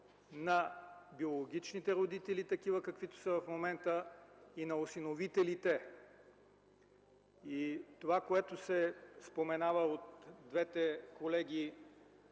на биологичните родители – такива, каквито са в момента, и на осиновителите. Това, което се споменава от двете колежки